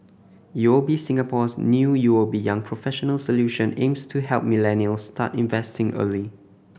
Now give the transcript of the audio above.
U O B Singapore's new U O B Young Professionals Solution aims to help millennials start investing early